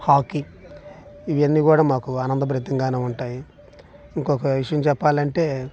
హాకి ఇవి అన్నీ కూడా మాకు ఆనందభరితంగా ఉంటాయి ఇంకొక విషయం చెప్పాలంటే